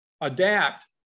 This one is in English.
adapt